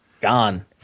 gone